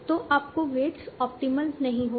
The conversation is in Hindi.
तो आपका वेट्स ऑप्टिमल नहीं होगा